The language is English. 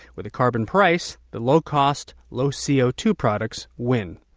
with a carbon price, the low-cost, low c o two products win.